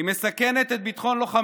היא מסכנת את ביטחון לוחמינו.